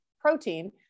protein